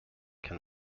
can